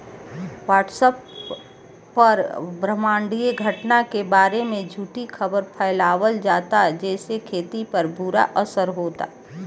WhatsApp पर ब्रह्माण्डीय घटना के बारे में झूठी खबर फैलावल जाता जेसे खेती पर बुरा असर होता